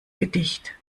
gedicht